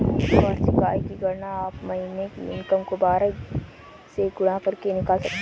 वार्षिक आय की गणना आप महीने की इनकम को बारह से गुणा करके निकाल सकते है